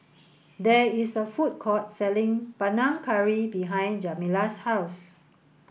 there is a food court selling Panang Curry behind Jamila's house